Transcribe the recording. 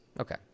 Okay